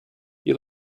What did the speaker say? you